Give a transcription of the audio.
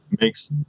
makes